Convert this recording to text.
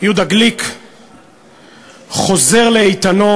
יהודה גליק חוזר לאיתנו,